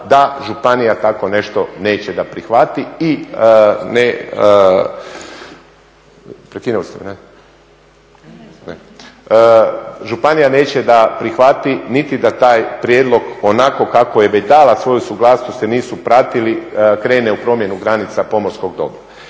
da županija tako nešto neće da prihvati i… Prekinuli ste me? Županija neće da prihvati niti da taj prijedlog onako kako je već dala svoju suglasnost … nisu pratili, krene u promjenu granica pomorskog dobra.